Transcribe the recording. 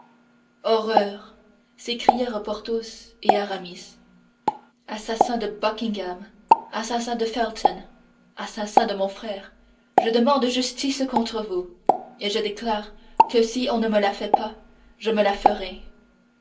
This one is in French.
horreur s'écrièrent porthos et aramis assassin de buckingham assassin de felton assassin de mon frère je demande justice contre vous et je déclare que si on ne me la fait pas je me la ferai